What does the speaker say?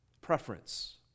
Preference